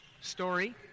Story